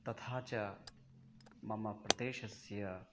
तथा च मम प्रदेशस्य